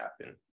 happen